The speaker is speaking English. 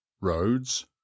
Roads